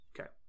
Okay